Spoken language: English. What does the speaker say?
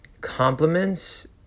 compliments